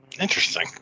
Interesting